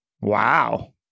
Wow